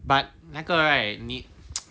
but 那个 right 你